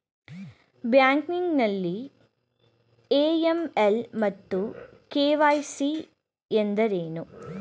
Banking ನಲ್ಲಿ AML ಮತ್ತು KYC ಎಂದರೇನು?